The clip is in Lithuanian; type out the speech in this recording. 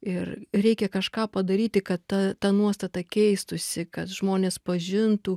ir reikia kažką padaryti kad ta ta nuostata keistųsi kad žmonės pažintų